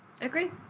Agree